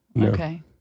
okay